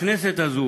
הכנסת הזו